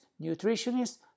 nutritionists